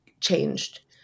changed